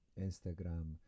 Instagram